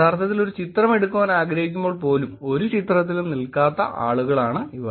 യഥാർത്ഥത്തിൽ ഒരു ചിത്രം എടുക്കുവാൻ ആഗ്രഹിക്കുമ്പോൾ പോലും ഒരു ചിത്രത്തിലും നിൽക്കാത്ത ആളുകളാണവർ